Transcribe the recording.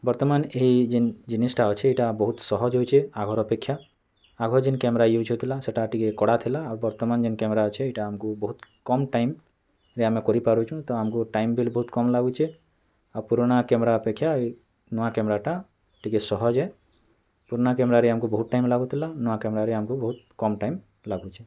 ବର୍ତ୍ତମାନ୍ ଏହି ଜିନିଷ୍ଟା ଅଛି ଏଇଟା ବହୁତ୍ ସହଜ ହଉଚେ ଆଗର୍ ଅପେକ୍ଷା ଆଗ ଯେନ୍ କ୍ୟାମେରା ୟୂୁଜ୍ ହଉଥିଲା ସେଇଟା ଟିକେ କଡ଼ା ଥିଲା ବର୍ତ୍ତମାନ୍ ଯେନ୍ କ୍ୟାମେରା ଅଛି ଏଇଟା ଆମ୍କୁ ବହୁତ୍ କମ୍ ଟାଇମ୍ରେ ଆମେ କରିପାରୁଚୁ ତ ଆମକୁ ଟାଇମ୍ ବି ବହୁତ୍ କମ୍ ଲାଗୁଚେ ଆଉ ପୁରୁଣା କ୍ୟାମେରା ଅପେକ୍ଷା ଏଇ ନୂଆ କ୍ୟାମେରାଟା ଟିକେ ସହଜେ ପୁରୁଣା କ୍ୟାମେରାରେ ଆମକୁ ବହୁତ୍ ଟାଇମ୍ ଲାଗୁଥିଲା ନୂଆ କ୍ୟାମେରାରେ ଆମକୁ କମ୍ ଟାଇମ୍ ଲାଗୁଚେ